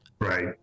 right